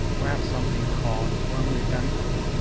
we have something called one-way-damper.